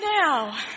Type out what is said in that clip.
now